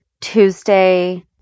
tuesday